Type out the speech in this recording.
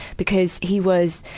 because he was,